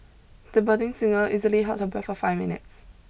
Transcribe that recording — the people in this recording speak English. the budding singer easily held her breath for five minutes